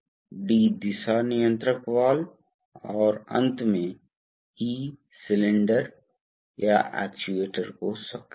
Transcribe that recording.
तो कंप्यूटर जहाज उड़ान को इन एक्ट्यूएटर्स पर ऐसे उड़ाएगा जैसे एक विमान उड़ता है उड़ सकता है